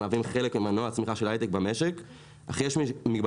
אך יש מגבלות שמקשים עלינו להגשים את החזון שלנו ושל כולנו כאן,